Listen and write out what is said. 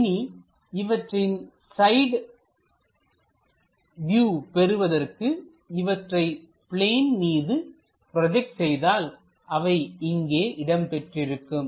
இனி இவற்றின் side view பெறுவதற்கு இவற்றை பிளேன் மீது ப்ராஜெக்ட் செய்தால் அவை இங்கே இடம் பெற்றிருக்கும்